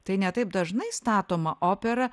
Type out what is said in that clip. tai ne taip dažnai statoma opera